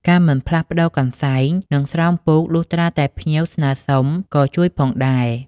ការមិនផ្លាស់ប្តូរកន្សែង និងស្រោមពូកលុះត្រាតែភ្ញៀវស្នើសុំក៏អាចជួយផងដែរ។